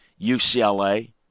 UCLA